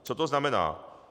Co to znamená?